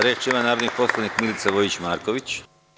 Reč ima narodni poslanik Milica Vojić Marković.